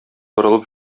борылып